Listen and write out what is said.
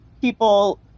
people